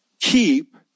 keep